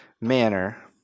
manner